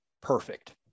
perfect